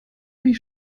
wie